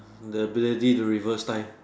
the ability to reverse time